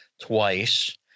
twice